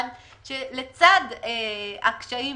לצד הקשיים